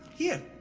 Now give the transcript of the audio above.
here.